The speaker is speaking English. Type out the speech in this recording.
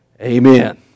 amen